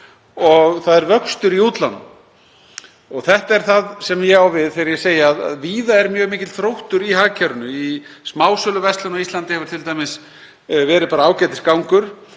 og það er vöxtur í útlánum. Þetta er það sem ég á við þegar ég segi að víða sé mjög mikill þróttur í hagkerfinu. Í smásöluverslun á Íslandi hefur t.d. verið bara ágætisgangur.